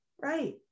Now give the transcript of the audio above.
Right